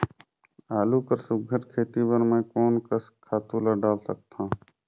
आलू कर सुघ्घर खेती बर मैं कोन कस खातु ला डाल सकत हाव?